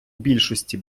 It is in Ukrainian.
більшості